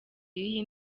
y’iyi